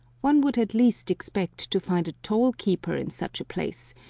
one would at least expect to find a toll-keeper in such a place,